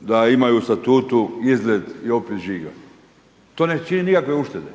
da imaju u statutu izgled i opis žiga. To ne čini nikakve uštede.